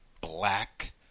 black